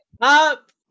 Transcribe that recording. up